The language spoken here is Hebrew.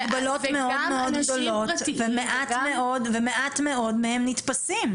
והן מגבלות מאוד מאוד גדולות ומעט מאוד מהם נתפסים.